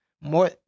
more